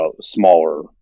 smaller